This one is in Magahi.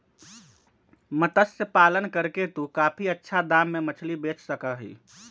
मत्स्य पालन करके तू काफी अच्छा दाम में मछली बेच सका ही